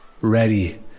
ready